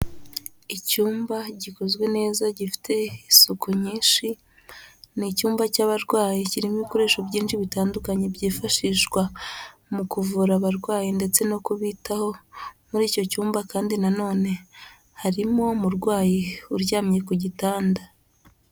Icyumba gikozwe neza gifite isuku nyinshi, ni icyumba cy'abarwayi kirimo ibikoresho byinshi bitandukanye byifashishwa mu kuvura abarwayi ndetse no kubitaho, muri icyo cyumba kandi nanone harimo umurwayi uryamye ku gitanda.